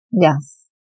Yes